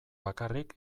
bakarrik